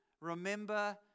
Remember